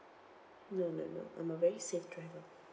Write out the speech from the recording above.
no no no I'm a very safe driver